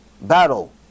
battle